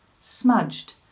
smudged